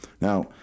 now